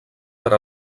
per